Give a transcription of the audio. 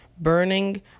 burning